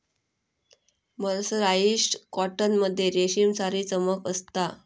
mercerised cotton मध्ये रेशमसारी चमक असता